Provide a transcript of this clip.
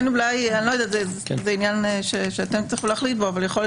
זה עניין שאתם תצטרכו להחליט בו אבל יכול להיות